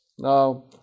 Now